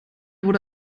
wurde